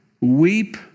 weep